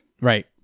Right